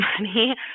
money